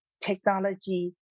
technology